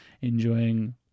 enjoying